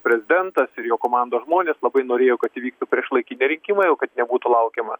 prezidentas ir jo komandos žmonės labai norėjo kad įvyktų priešlaikiniai rinkimai o kad nebūtų laukiama